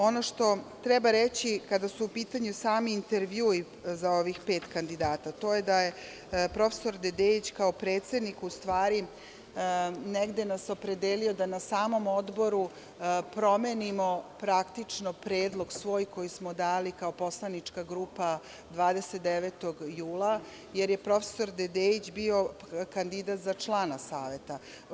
Ono što treba reći kada su u pitanju sami intervjui za ovih pet kandidata, to je da je prof. Dedeić, kao predsednik, u stvari, negde nas opredelio da na samom odboru promenimo praktično predlog svoj koji smo dali kao poslanička grupa 29. jula jer je prof. Dedeić bio kandidat za člana Saveta.